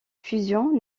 fusion